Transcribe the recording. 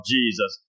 Jesus